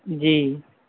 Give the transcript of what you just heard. جی